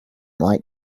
white